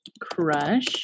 Crush